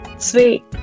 Sweet